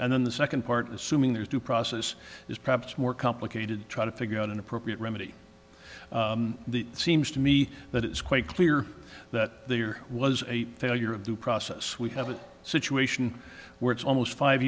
and then the second part is assuming there is due process is perhaps more complicated try to figure out an appropriate remedy the seems to me that it's quite clear that there was a failure of the process we have a situation where it's almost five